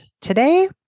Today